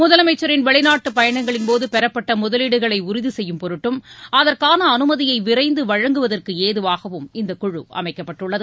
முதலமைச்சரின் வெளிநாட்டு பயணங்களின்போது பெறப்பட்ட முதலீடுகளை உறுதி செய்யும் பொருட்டும் அகற்கான அனுமதியை விரைந்து வழங்குவதற்கு ஏதுவாகவும் இந்த கழு அமைக்கப்பட்டுள்ளது